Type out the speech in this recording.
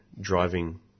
driving